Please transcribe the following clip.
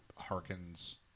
harkens